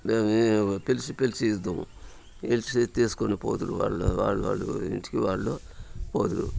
మేమే పిలిచి పిలిచి ఇద్దుము తీసి తీసుకొను పోదుము వాళ్ళ వాళ్ళు వాళ్ళ ఇంటికి వాళ్ళు పోదురు